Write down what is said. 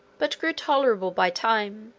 but grew tolerable by time